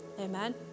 Amen